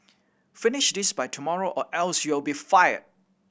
finish this by tomorrow or else you'll be fired